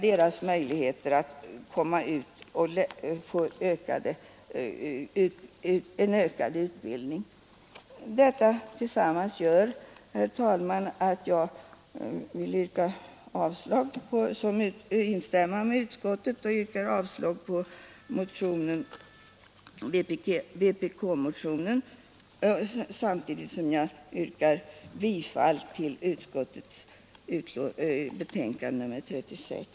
Detta tillsammans gör, herr talman, att jag vill yrka avslag på vpk-motionen, samtidigt som jag yrkar bifall till utskottets hemställan i betänkandet nr 36.